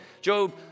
Job